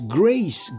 grace